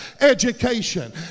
Education